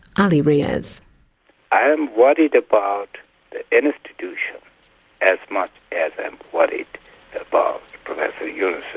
ali riaz i am worried about an institution as much as am worried about professor yeah